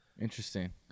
Interesting